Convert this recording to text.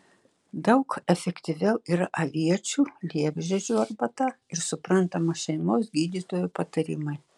daug efektyviau yra aviečių liepžiedžių arbata ir suprantama šeimos gydytojo patarimai